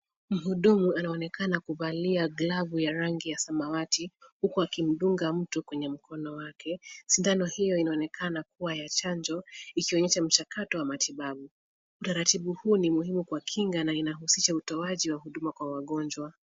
Mhudumu anaonekana kuvalia glavu ya rangi ya samawati, huku akimdunga mtu kwenye mkono wake, sindano hiyo inaonekana kuwa ya chanjo ikionyesha mchakato wa matibabu. Utaratibu huu ni muhimu kwa kinga na inahusisha utoaji wa huduma ka wagonjwa.